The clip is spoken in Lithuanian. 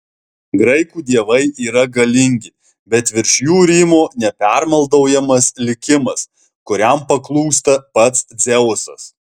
graikų dievai yra galingi bet virš jų rymo nepermaldaujamas likimas kuriam paklūsta pats dzeusas